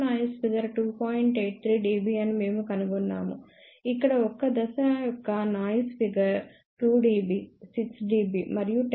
83 dB అని మేము కనుగొన్నాము ఇక్కడ ఒక్క దశ యొక్క నాయిస్ ఫిగర్ 2 dB 6 dB మరియు 10 dB